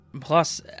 Plus